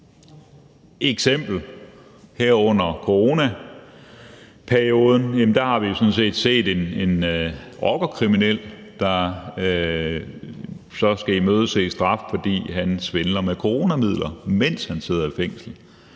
eksempel: Her under coronaperioden har vi jo sådan set set en rockerkriminel, der skal imødese en straf, fordi han svindler med coronamidler, mens han sidder i fængsel.